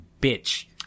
bitch